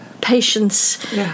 patience